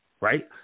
Right